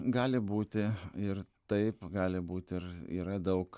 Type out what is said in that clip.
gali būti ir taip gali būti ir yra daug